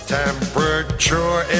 temperature